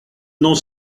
n’ont